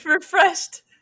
refreshed